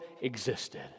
existed